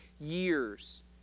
years